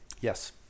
yes